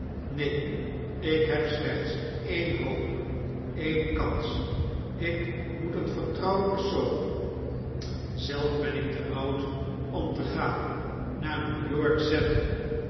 neen ik heb slechts eene hoop eene kans ik moet een vertrouwd persoon zelf ben ik te oud om te gaan naar new-york zenden